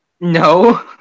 No